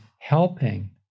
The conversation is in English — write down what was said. helping